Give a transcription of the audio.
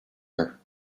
her